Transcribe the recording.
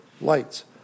lights